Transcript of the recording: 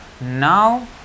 Now